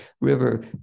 river